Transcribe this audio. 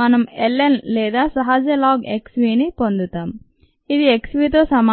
మనం ln లేదా సహజ లాగ్ x v ని పొందుతాం ఇది x v తో సమానం అవుతుంది